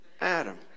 Adam